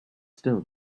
still